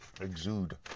exude